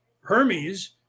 Hermes